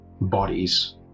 bodies